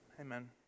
Amen